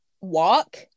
walk